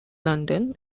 london